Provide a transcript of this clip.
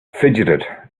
fidgeted